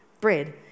bread